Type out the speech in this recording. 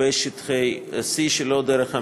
בשטחי C שלא דרך המינהל.